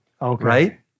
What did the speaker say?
right